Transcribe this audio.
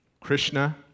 Krishna